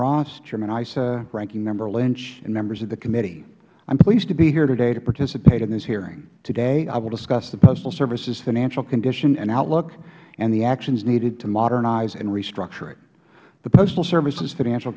chairman issa ranking member lynch and members of the committee i am pleased to be here today to participate in this hearing today i will discuss the postal service's financial condition and outlook and the actions needed to modernize and restructure it the postal service's financial